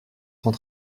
cent